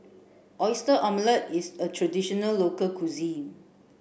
Oyster Omelette is a traditional local cuisine